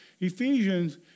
Ephesians